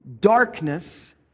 darkness